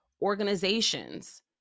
organizations